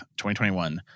2021